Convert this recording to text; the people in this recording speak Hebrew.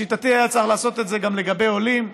לשיטתי, היה צריך לעשות את זה גם לגבי עולים.